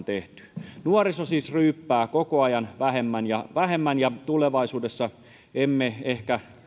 tehty nuoriso siis ryyppää koko ajan vähemmän ja vähemmän ja tulevaisuudessa emme ehkä